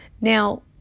now